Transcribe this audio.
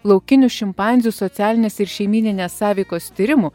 laukinių šimpanzių socialinės ir šeimyninės sąveikos tyrimų